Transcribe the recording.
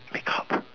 make up